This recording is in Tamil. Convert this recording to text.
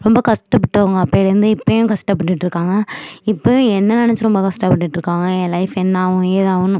ரொம்ப கஷ்டப்பட்டவங்க அப்பைலேருந்து இப்பயும் கஷ்டப்பட்டுகிட்டு இருக்காங்க இப்பயும் என்ன நினைச்சு ரொம்ப கஷ்டப்பட்டுகிட்டு இருக்காங்க ஏன் லைஃப் என்னாகும் ஏதாகுன்னு